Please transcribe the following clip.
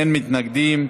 אין מתנגדים.